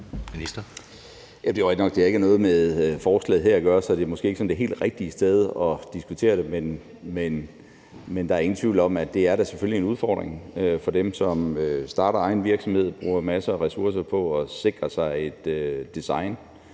det ikke har noget med forslaget her at gøre, så det er måske ikke sådan det helt rigtige sted at diskutere det; men der er ingen tvivl om, at det da selvfølgelig er en udfordring for dem, som starter egen virksomhed, som bruger masser af ressourcer på at sikre sig et design